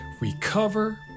Recover